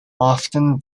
often